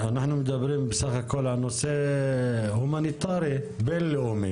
אנחנו מדברים בסך הכול על נושא הומניטרי בין-לאומי,